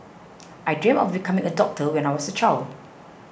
I dreamt of becoming a doctor when I was a child